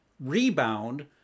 rebound